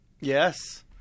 yes